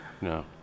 No